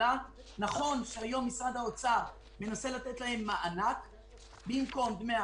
זכאים שקיבלו את המענקים בגין נכות,